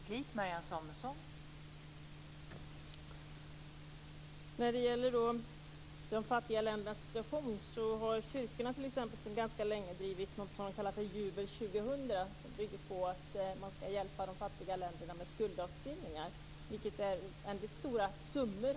Fru talman! När det gäller de fattiga ländernas situation har t.ex. kyrkorna sedan ganska länge drivit något som man kallar för Jubel 2000. Det bygger på att man ska hjälpa de fattiga länderna med skuldavskrivningar. Det är mycket stora summor.